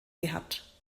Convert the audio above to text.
gehabt